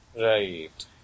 Right